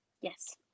Yes